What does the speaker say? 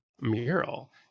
mural